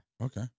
okay